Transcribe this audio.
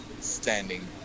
standing